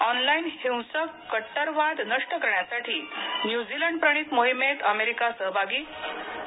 online हिंसक कट्टरवाद नष्ट करण्यासाठी न्यूझिलंङप्रणित मोहिमेत अमेरिकाही सहभागी आणि